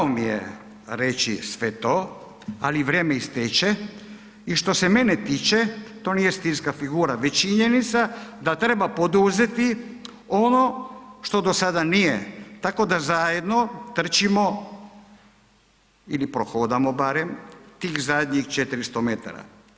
Žao mi je reći sve to ali vrijeme ističe i što se mene tiče to nije stilska figura već činjenica da treba poduzeti ono što do sada nije tako da zajedno trčimo ili prohodamo barem tih zadnjih 400 metara.